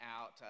out